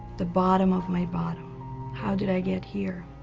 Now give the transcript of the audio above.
the bottom of my, bottom how, did i get here